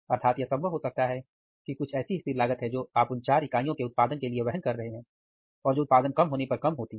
अर्थात यह संभव हो सकता है कि कुछ ऐसी स्थिर लागत है जो आप उन चार इकाइयों के उत्पादन के लिए वहन कर रहे हैं और जो उत्पादन कम होने पर कम होती हैं